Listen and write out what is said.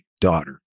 daughter